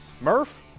Murph